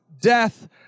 death